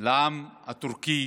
לעם הטורקי,